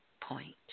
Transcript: point